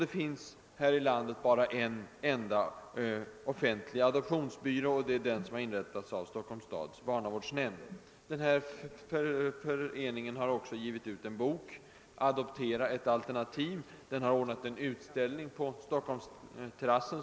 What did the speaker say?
Det finns här i landet bara en enda offentlig adoptionsbyrå, nämligen den som har inrättats av Stockholms stads barnavårdsnämnd. Föreningen har också utgivit en bok, »Adoptera — ett alternativ», och ordnat en mycket besökt utställning på Stockholmsterrassen.